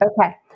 Okay